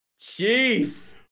Jeez